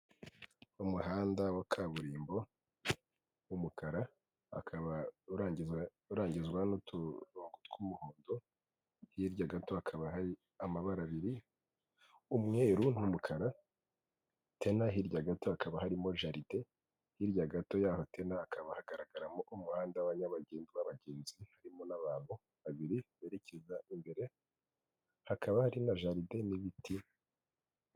Umuhanda wa kaburimbo w'umukara ukaba urangizwa n'utu tw'umuhondo hirya gato hakaba hari amabara abiri umweru n'umukara tena hirya gato hakaba harimo jalid hirya gato y'aho tena hakaba hagaragaramo umuhanda wa nyabagendwa abagenzi harimo n'abantu babiri berekeza imbere hakaba hari na jardin n'ibiti.